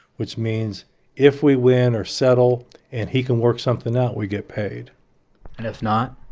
which means if we win or settle and he can work something out, we get paid and if not?